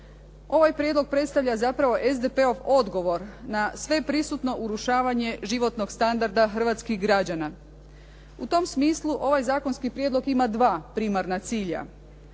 ovaj prijedlog predstavlja zapravo SDP-ov odgovor na sveprisutno urušavanje životnog standarda hrvatskih građana. U tom smislu ovaj zakonski prijedlog ima dva primarna cilja.